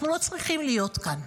אנחנו לא צריכים להיות כאן.